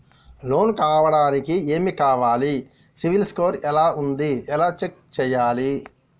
Loan కావడానికి ఏమి కావాలి సిబిల్ స్కోర్ ఎలా ఉంది ఎలా చెక్ చేయాలి?